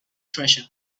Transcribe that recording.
treasure